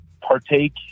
partake